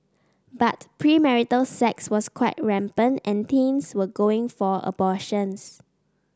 but premarital sex was quite rampant and teens were going for abortions